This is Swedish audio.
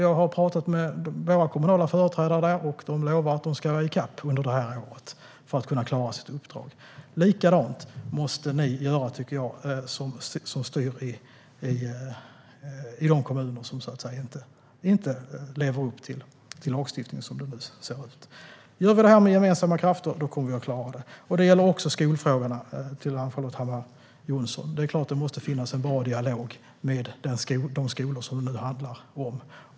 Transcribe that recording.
Jag har pratat med våra kommunala företrädare där, och de har lovat att komma i kapp under det här året, för att klara sitt uppdrag. Ni måste göra likadant med de kommuner som styr i de kommuner som inte lever upp till lagstiftningen. Gör vi detta med gemensamma krafter kommer vi att klara det. Det gäller också skolfrågorna, Ann-Charlotte Hammar Johnsson. Det är klart att det måste finnas en bra dialog med de skolor som det handlar om.